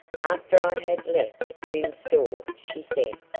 after i had left lyne's store, she said,